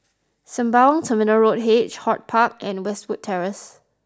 Sembawang Terminal H HortPark and Westwood Terrace